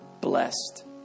blessed